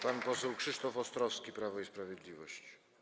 Pan poseł Krzysztof Ostrowski, Prawo i Sprawiedliwość.